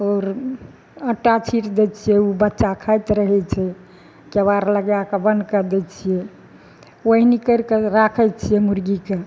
आओर आटा छीटि दै छियै ओ बच्चा खाइत रहैत छै केबाड़ लगाए कऽ बन्द कर दै छियै कोइनी करि कए राखैत छियै मुर्गीके